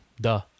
duh